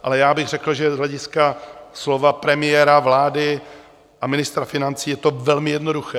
Ale já bych řekl, že z hlediska slov premiéra vlády a ministra financí je to velmi jednoduché.